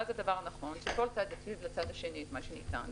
ואז הדבר הנכון הוא שכל צד ישיב לצד השני את מה שניתן,